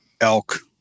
elk